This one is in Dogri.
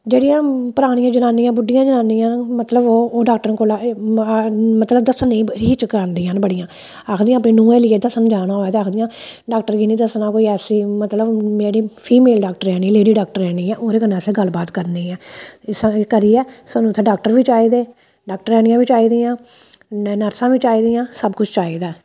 जेह्ड़ियां परानियां जनानियां बुड्डियां जनानियां न मतलब ओह् ओह् डाक्टरें कोला मतलब दस्सने गी हिचक आंदियां न बड़ियां आखदियां अपने नूंह् गी लेइयै दस्सन जाना होऐ ते आखदियां डाक्टर गी निं दस्सना कोई ऐसी मतलब जेह्ड़ी फीमेल डाक्टरेआनी लेडी डाक्टरेआनी ऐ ओह्दे कन्नै असें गल्ल बात करनी ऐ इस करियै सानूं उत्थै डाक्टर बी चाहिदे डाक्टरआनियां बी चाहिदियां नर्सां बी चाहिदियां सब कुछ चाहिदा